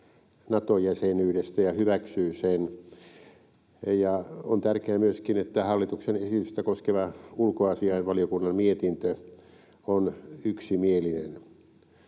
Nato-jäsenyydestä ja hyväksyy sen. On tärkeää myöskin, että hallituksen esitystä koskeva ulkoasiainvaliokunnan mietintö on yksimielinen.